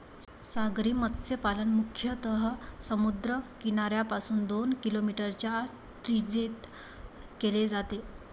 सागरी मत्स्यपालन मुख्यतः समुद्र किनाऱ्यापासून दोन किलोमीटरच्या त्रिज्येत केले जाते